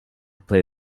play